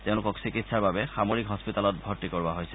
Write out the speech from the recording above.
তেওঁলোকক চিকিৎসাৰ বাবে সামৰিক হস্পিতালত ভৰ্তি কৰোৱা হৈছে